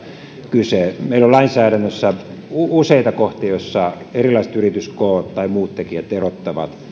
kyse meillä on lainsäädännössä useita kohtia joissa erilaiset yrityskoot tai muut tekijät erottavat